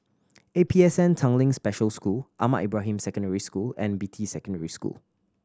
A P S N Tanglin Special School Ahmad Ibrahim Secondary School and Beatty Secondary School